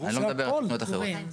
אני לא מדבר על תוכניות אחרות.